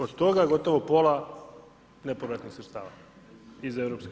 Od toga gotovo pola nepovratnih sredstva iz EU.